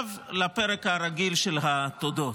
ועכשיו לפרק הרגיל של התודות.